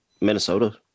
Minnesota